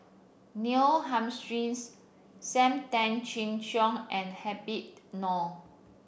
Neil Humphreys Sam Tan Chin Siong and Habib Noh